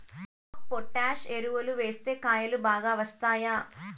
MOP potash ఎరువులు వేస్తే కాయలు బాగా వస్తాయా?